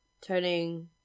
turning